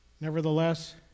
Nevertheless